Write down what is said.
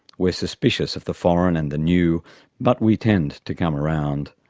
we're suspicious of the foreign and the new but we tend to come around.